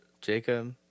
Jacob